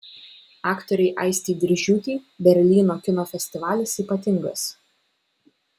aktorei aistei diržiūtei berlyno kino festivalis ypatingas